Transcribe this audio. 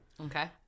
Okay